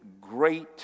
great